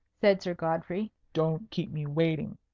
said sir godfrey, don't keep me waiting.